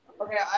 Okay